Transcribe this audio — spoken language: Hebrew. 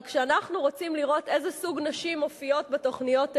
אבל כשאנחנו רוצים לראות איזה סוג נשים מופיעות בתוכניות האלה,